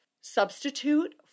substitute